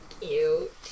cute